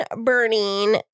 burning